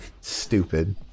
Stupid